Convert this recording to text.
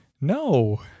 No